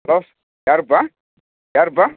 hello யாருப்பா யாருப்பா